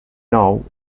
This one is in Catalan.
nou